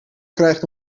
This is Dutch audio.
krijgt